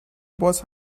باز